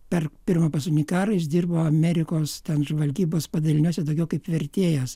per pirmą pasaulinį karą jis dirbo amerikos ten žvalgybos padaliniuose daugiau kaip vertėjas